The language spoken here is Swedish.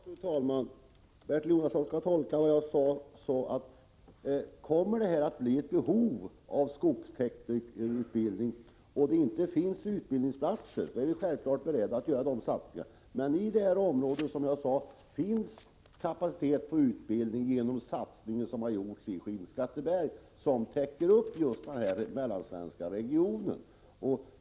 Fru talman! Bertil Jonasson skall tolka vad jag sade på följande sätt. Kommer det att finnas ett behov av skogsteknikerutbildning och det inte finns utbildningsplatser, är vi självfallet beredda att göra en satsning. Men i det här området finns, som bekant, utbildningskapacitet efter den satsning som gjorts i Skinnskatteberg. Därmed täcks behovet i just den mellansvenska regionen.